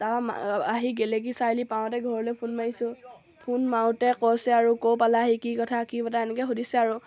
তাৰপৰা আহি গেলেকী চাৰিআলি পাওঁতে ঘৰলৈ ফোন মাৰিছোঁ ফোন মাৰোঁতে কৈছে আৰু ক'ৰ পালাহি কি কথা কি বতৰা এনেকৈ সুধিছে আৰু